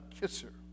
kisser